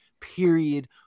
period